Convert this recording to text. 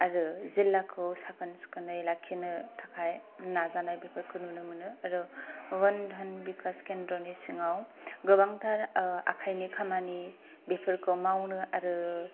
आरो जिल्लाखौ साखोन सिखोनै लाखिनो थाखाय नाजानाय बेफोरखौ नुनो मोनो आरो बान्धान भिकास केन्द्रियानि सिङाव गोबांथार आखायनि खामानि बेफोर मावनो आरो